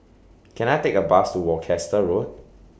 Can I Take A Bus to Worcester Road